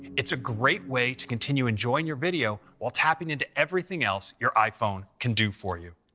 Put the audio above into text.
it's a great way to continue enjoying your video while tapping into everything else your iphone can do for you.